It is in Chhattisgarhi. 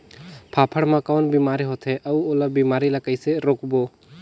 फाफण मा कौन बीमारी होथे अउ ओला बीमारी ला कइसे रोकबो?